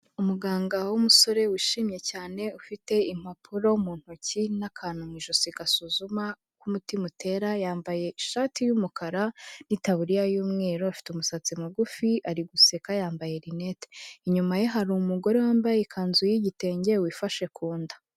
Umuganga w'umusore wishimye cyane ufite impapuro mu ntoki n'akantu mu ijosi gasuzuma uko umutima utera, yambaye ishati y'umukara n'itaburiya y'umweru, afite umusatsi mugufi ari guseka, yambaye rinete, inyuma ye hari umugore wambaye ikanzu y'igitenge wifashe ku nda.